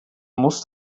muss